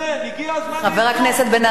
הגיע הזמן, חבר הכנסת בן-ארי.